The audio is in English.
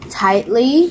tightly